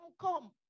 come